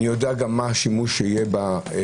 אני יודע גם מה השימוש שיהיה בתקנות